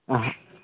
अँह